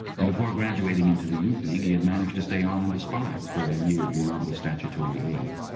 and before graduating into the youth league he had managed to stay on in the spies for a year beyond the statutory age.